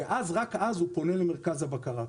ורק אז הוא פונה למרכז הבקרה.